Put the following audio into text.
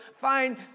find